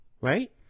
Right